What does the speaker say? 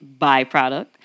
byproduct